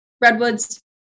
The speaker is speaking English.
redwoods